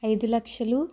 ఐదు లక్షలు